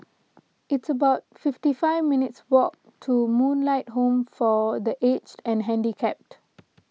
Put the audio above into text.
it's about fifty five minutes' walk to Moonlight Home for the Aged and Handicapped